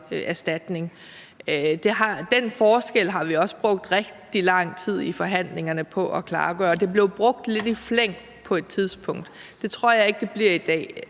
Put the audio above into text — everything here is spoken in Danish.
Den forskel har vi også brugt rigtig lang tid i forhandlingerne på at klargøre. Det blev brugt lidt i flæng på et tidspunkt. Det tror jeg ikke det bliver i dag.